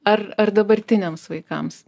ar ar dabartiniams vaikams